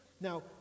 Now